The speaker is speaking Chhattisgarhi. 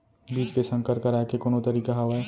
बीज के संकर कराय के कोनो तरीका हावय?